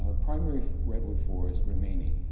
ah primary redwood forests remaining